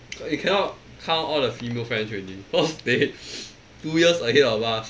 eh cannot count all the female friends already cause they two years ahead of us